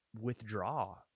withdraw